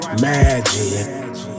magic